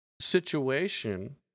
situation